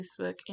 Facebook